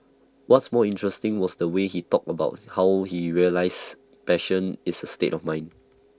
what's more interesting was the way he talked about how he realised passion is A state of mind